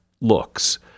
looks